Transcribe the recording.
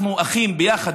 אנחנו אחים ביחד,